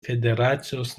federacijos